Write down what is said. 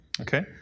okay